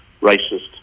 racist